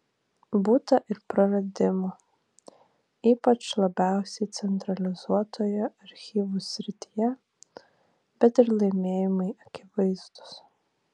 būta ir praradimų ypač labiausiai centralizuotoje archyvų srityje bet ir laimėjimai akivaizdūs